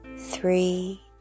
Three